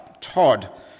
Todd